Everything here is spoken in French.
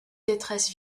détresse